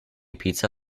pizza